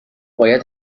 باید